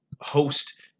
host